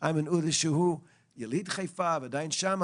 איימן עודה שהוא יליד חיפה ועדיין שם,